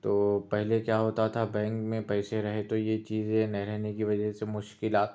تو پہلے کیا ہوتا تھا بینک میں پیسے رہے تو یہ چیزیں نہیں رہنے کی وجہ سے مشکلات